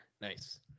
nice